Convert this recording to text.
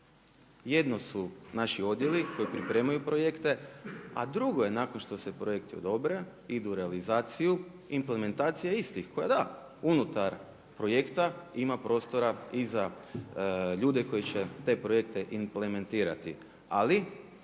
Jedno su naši odjeli koji pripremaju projekte, a drugo je nakon što se projekti odobre idu u realizaciju, implementacija istih koja unutar projekta ima prostora i za ljude koji će te projekte implementirati.